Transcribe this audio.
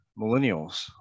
millennials